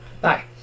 Bye